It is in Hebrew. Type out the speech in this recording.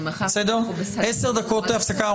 עשר דקות הפסקה.